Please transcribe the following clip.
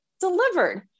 delivered